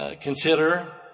consider